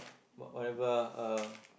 what~ whatever ah uh